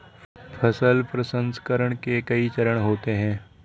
फसल प्रसंसकरण के कई चरण होते हैं